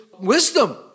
wisdom